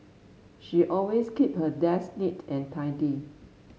she always keep her desk neat and tidy